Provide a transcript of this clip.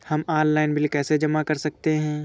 हम online bill कैसे जमा कर सकते हैं?